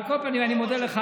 על כל פנים אני מודה לך,